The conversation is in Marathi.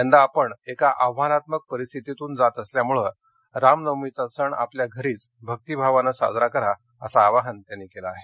यंदा आपण एका आव्हानात्मक परिस्थितीतून जात असल्यामुळे रामनवमीचा सण आपल्या घरीच भक्तीभावाने साजरा करा अस आवाहन त्यांनी केल आहे